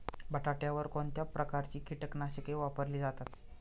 बटाट्यावर कोणत्या प्रकारची कीटकनाशके वापरली जातात?